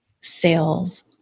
sales